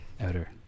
Outer